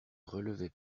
relevait